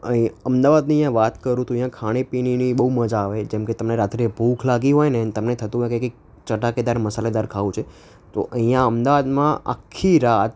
અહીં અમદાવાદની અહીંયાં વાત કરું તો અહીંયાં ખાણીપીણીની બહુ મજા આવે જેમકે તમને રાત્રે ભૂખ લાગી હોય ને તમને થતું હોય કે કંઇક ચટાકેદાર મસાલેદાર ખાવું છે તો અહીંયાં અમદાવાદમાં આખી રાત